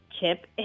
chip